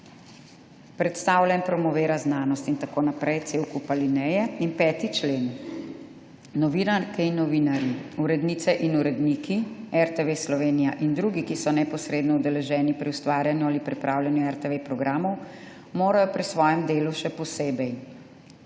predstavlja in promovira znanost …« in tako naprej, cel kup alinej je. In 5. člen: »Novinarke in novinarji, urednice in uredniki RTV Slovenija in drugi, ki so neposredno udeleženi pri ustvarjanju ali pripravljanju RTV programov, morajo pri svojem delu še posebej